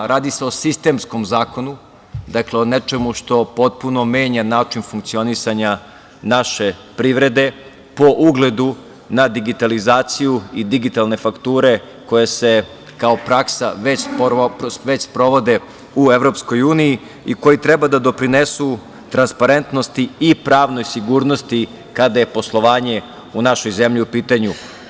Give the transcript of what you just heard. Radi se o sistemskom zakonu, dakle o nečemu što potpuno menja način funkcionisanja naše privrede po ugledu na digitalizaciju i digitalne fakture koje se kao praksa već sprovode u EU i koji treba da doprinesu transparentnosti i pravnoj sigurnosti kada je poslovanje u našoj zemlji u pitanju.